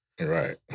Right